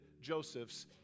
Joseph's